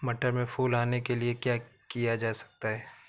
मटर में फूल आने के लिए क्या किया जा सकता है?